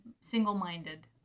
single-minded